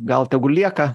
gal tegu lieka